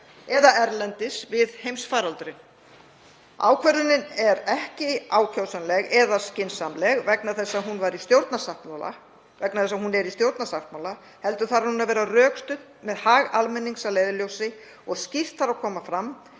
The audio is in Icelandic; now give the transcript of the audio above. eða erlendis við heimsfaraldurinn? Ákvörðunin er ekki ákjósanleg eða skynsamleg vegna þess að hún er í stjórnarsáttmála heldur þarf hún að vera rökstudd með hag almennings að leiðarljósi og skýrt þarf að koma fram